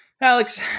alex